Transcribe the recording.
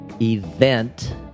event